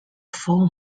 four